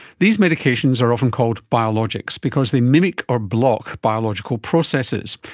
these medications are often called biologics because they mimic or block biological processes,